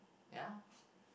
ya